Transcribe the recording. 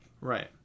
Right